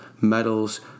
medals